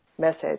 message